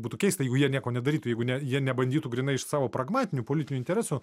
būtų keista jeigu jie nieko nedarytų jeigu ne jie nebandytų grynai iš savo pragmatinių politinių interesų